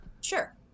sure